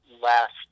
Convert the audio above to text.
last